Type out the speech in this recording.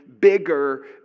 bigger